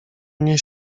mnie